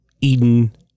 Eden